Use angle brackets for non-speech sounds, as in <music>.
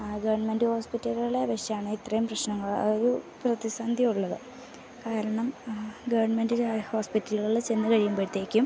ആ ഗവൺമെൻ്റ് ഹോസ്പിറ്റലുകളെ <unintelligible> ഇത്രയും പ്രശ്നങ്ങൾ ഒരു പ്രതിസന്ധി ഉള്ളത് കാരണം ഗവൺമെൻ്റ് ഹോസ്പിറ്റലുകളിൽ ചെന്നു കഴിയുമ്പോഴത്തേക്കും